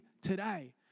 today